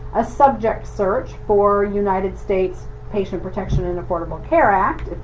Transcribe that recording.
a subject search for united states patient protection and affordable care act,